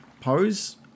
pose